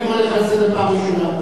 אני קורא לך לסדר פעם ראשונה.